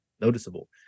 noticeable